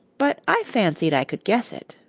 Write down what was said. but i fancied i could guess it.